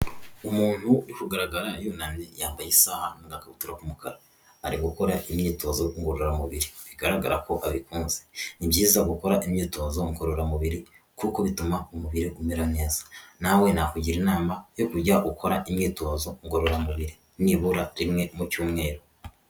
Umuntu urikugaragara yunamye yambaye isaha n'agakabutura k'umukara, ari gukora imyitozo ngororamubiri, bigaragara ko abikunze. Ni byiza gukora imyitozo ngororamubiri kuko bituma umubiri umera neza, nawe nakugira inama yo kujya ukora imyitozo ngororamubiri, nibura rimwe mu cyumweru.